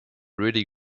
really